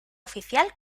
oficial